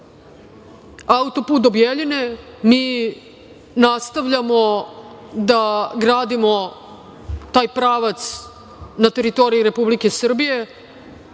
Auto-put do Bijeljine, mi nastavljamo da gradimo taj pravac na teritoriji Republike Srbije.